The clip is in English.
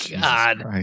God